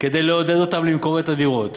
כדי לעודד אותם למכור את הדירות,